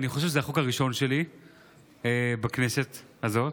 אני חושב שזה החוק הראשון שלי בכנסת הזאת,